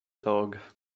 dog